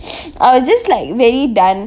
I'll just like very done